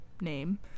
Name